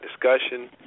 discussion